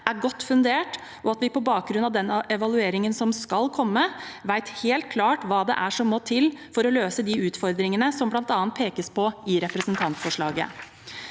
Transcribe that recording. er godt fundert, og at vi på bakgrunn av den evalueringen som skal komme, vet helt klart hva som må til for å løse de utfordringene som bl.a. pekes på i representantforslaget.